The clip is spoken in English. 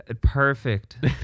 Perfect